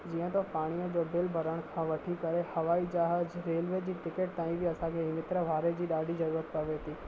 जीअं त पाणीअ जो बिल भरण खां वठी करे हवाई जहाज़ रेलवे जी टिकिट ताईं बि असांखे ई मित्र वारे जी ॾाढी ज़रूरत पवे थी